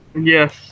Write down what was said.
Yes